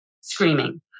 screaming